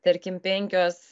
tarkim penkios